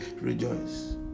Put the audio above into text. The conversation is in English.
rejoice